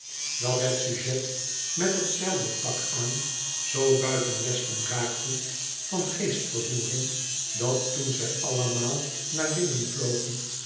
dat het sujet met het zeildoekpak aan zoo buiten westen raakte van geestvervoering dat toen zij allemaal naar binnen vlogen